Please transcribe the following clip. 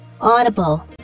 Audible